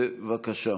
בבקשה.